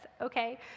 okay